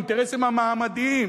אינטרסים מעמדיים.